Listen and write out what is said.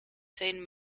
ten